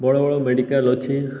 ବଡ଼ ବଡ଼ ମେଡ଼ିକାଲ୍ ଅଛି